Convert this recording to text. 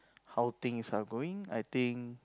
how things are going I think